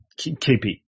KP